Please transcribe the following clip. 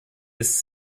ist